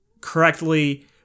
correctly